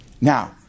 Now